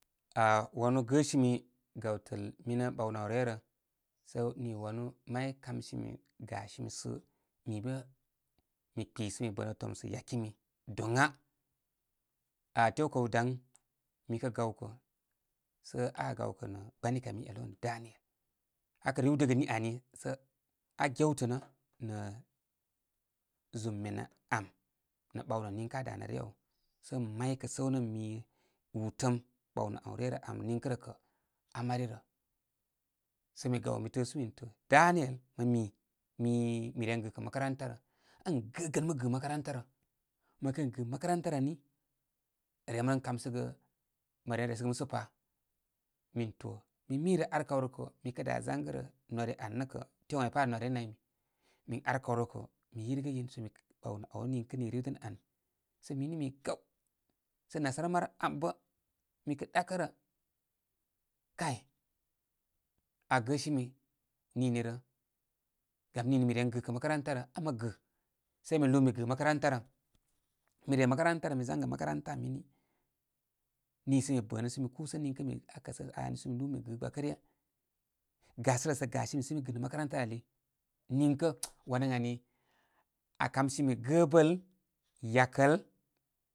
Ah wanu gəsimi, gawtəl mi nə ɓawnə abarw re rə sə nilwanu may kamsimi gasimi sə mi bə' mi kpi sə mi bə'nə' tomsə' yakimi doŋa. Ah tew kaw daŋ mi kə gawkə sə akə gawkə' nə gbani kay mini i yalu ən daniel akə riwdəgə ni ani sə an gewtə'nə' nə' zum mene abarm nə bawnə niŋkə aa danə ryə abarw. Sə ən may kə səw nə mi utəm ɓawnə aw ryə abarm niŋkə' rə kə', aa mari rə. Sə mi gaw mi tə'ə' sū min to daniel, mə mi mi, mi ren gɨkə makaranta ra. ən gəgə mə gɨ makaranta rə- mə kən gɨ makaranta rə ni rem ren kamsəgə məren, resəgə musə pa. Min to mi mi rə, ar kaw rə mi kə' da gangə rə nore abarnn nə' kə' tew ai pa' rə nore an i naymi. Min ar kawrə kə mi yirgəyin səmi ɓawnə abarw nə niŋkə ni riwdənə abarn. sə mi nə' mi gaw. Sə nasara marəm am bə' mi kə ɗakə rə. Kay agəsimi nini rə. Gam nini mi ren gɨkə makaranta rə. ən mə gɨ. Sa mi lūū mi gɨ makaranta rə. Mi re makaranta ra, mi zangə makaranta mini. Niisə mi bə'nə' səmi kūsə niŋkə nii aa kəsənə aa ni sə mi lūū mi gɨ gbakə ryə. gasəsələ sə gasumi sə ən mi gɨ nə makarantarə ali niŋkə wan ən ani aa kamsimi gəbəl, yakəl.